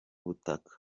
butaka